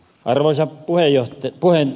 arvoisa puhemies